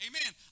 Amen